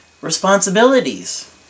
responsibilities